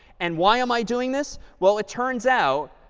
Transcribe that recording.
and why am i doing this? well, it turns out,